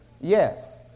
Yes